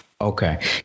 Okay